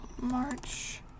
March